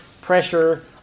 pressure